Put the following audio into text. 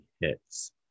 hits